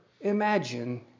imagine